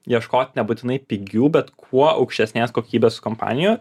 ieškot nebūtinai pigių bet kuo aukštesnės kokybės kompanijų